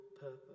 purpose